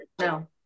No